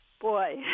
Boy